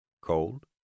Cold